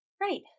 right